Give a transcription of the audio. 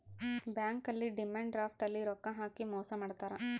bank ಅಲ್ಲಿ demand draft ಅಲ್ಲಿ ರೊಕ್ಕ ಹಾಕಿ ಮೋಸ ಮಾಡ್ತಾರ